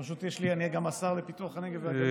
אני פשוט גם השר לפיתוח הנגב והגליל.